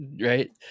right